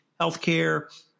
healthcare